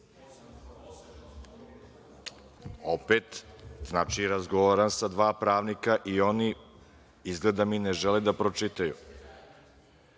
znači razgovaram sa dva pravnika i oni izgleda i ne žele da pročitaju